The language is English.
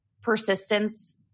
persistence